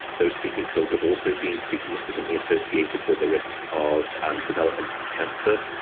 those sleeping pills have also been significantly associated with the risk of um development of cancer,